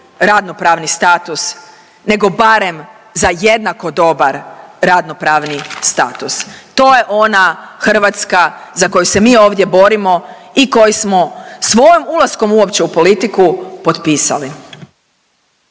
radnopravni status nego barem za jednako dobar radnopravni status. To je ona Hrvatska za koju se mi ovdje borimo i koji smo svojim ulaskom uopće u politiku potpisali.